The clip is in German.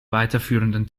weiterführenden